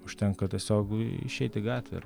užtenka tiesiog išeit į gatvę